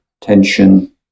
tension